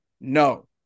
No